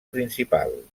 principal